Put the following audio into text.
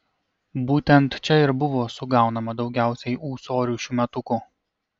būtent čia ir buvo sugaunama daugiausiai ūsorių šiųmetukų